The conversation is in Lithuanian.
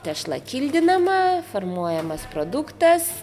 tešla kildinama formuojamas produktas